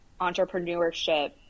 entrepreneurship